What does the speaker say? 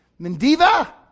Mendiva